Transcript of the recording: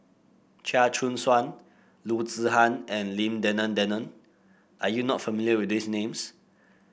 Chia Choo Suan Loo Zihan and Lim Denan Denon are you not familiar with these names